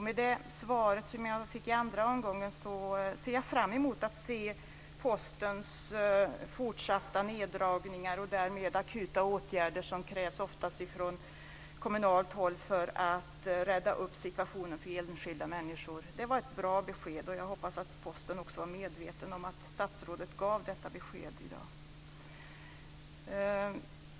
Med det svar jag fick i den andra omgången ser jag fram emot att följa Postens fortsatta neddragningar och därmed de akuta åtgärder som krävs, oftast från kommunalt håll, för att reda upp situationen för enskilda människor. Det var ett bra besked. Jag hoppas att Posten också är medveten om att statsrådet gav detta besked i dag.